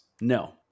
No